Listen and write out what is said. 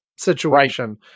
situation